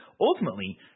ultimately